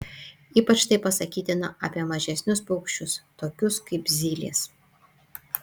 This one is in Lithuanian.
ypač tai pasakytina apie mažesnius paukščius tokius kaip zylės